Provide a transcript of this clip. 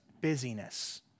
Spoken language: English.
busyness